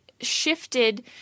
shifted